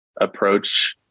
approach